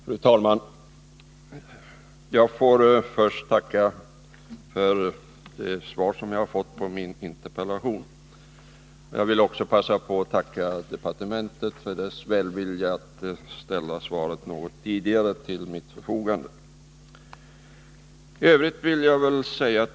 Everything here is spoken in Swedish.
Fru talman! Jag får tacka för svaret på min interpellation. Jag vill också tacka departementet för dess välvilja att något tidigare ställa svaret till mitt förfogande.